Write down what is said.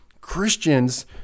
Christians